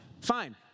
fine